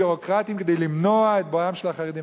ביורוקרטיים כדי למנוע את בואם של החרדים.